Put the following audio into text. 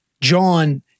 John